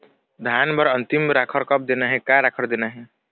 धान बर अन्तिम राखर कब देना हे, का का राखर देना हे?